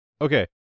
Okay